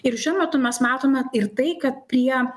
ir šiuo metu mes matome ir tai kad prie